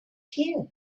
here